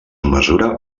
mesura